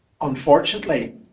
unfortunately